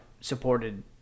supported